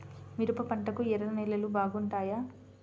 మిరప పంటకు ఎర్ర నేలలు బాగుంటాయా?